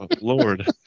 Lord